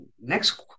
next